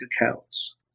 accounts